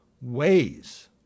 ways